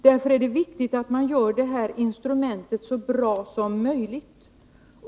Därför är det viktigt att göra det här instrumentet så bra som möjligt.